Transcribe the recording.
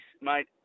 mate